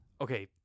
okay